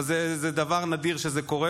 אבל זה דבר נדיר שזה קורה,